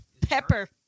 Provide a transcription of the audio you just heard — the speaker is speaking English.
Pepper